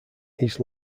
east